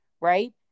right